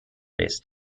base